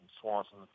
Swanson